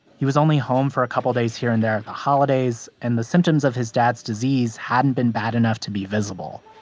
he was only home for a couple days here and there at the holidays. and the symptoms of his dad's disease hadn't been bad enough to be visible.